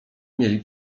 mieli